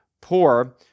poor